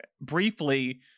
briefly